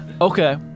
Okay